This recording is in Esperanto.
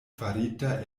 farita